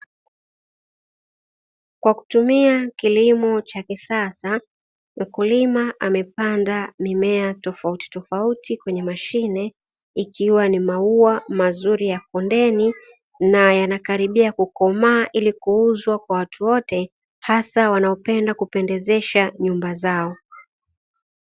Kwa kutumia kilimo cha kisasa mkulima amepanda mimea tofautitofauti kwenye mashine ikiwa ni maua mazuri ya kundeni na yanakaribia kukomaa, na kuuzwa kwa watu wote hasa wanaopenda kupendezesha nyumba zao.